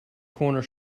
corner